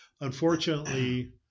Unfortunately